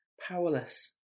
powerless